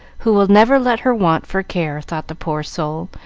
who will never let her want for care, thought the poor soul,